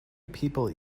people